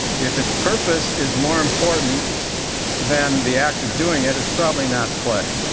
if its purpose is more important than the act of doing it, it's probably not play.